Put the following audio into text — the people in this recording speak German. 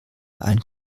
ein